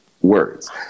Words